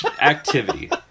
Activity